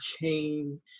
came